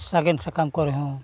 ᱥᱟᱜᱮᱱ ᱥᱟᱠᱟᱢ ᱠᱚᱨᱮ ᱦᱚᱸ